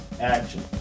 action